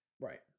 Right